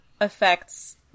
affects